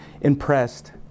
impressed